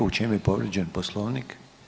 U čemu je povrijeđen poslovnik?